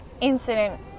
incident